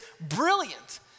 brilliant